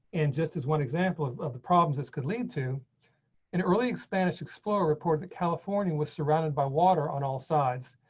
and just as one example of of the problems that could lead to an early spanish explorer report, the california was surrounded by water on all sides.